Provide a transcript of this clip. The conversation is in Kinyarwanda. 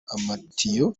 amatiyo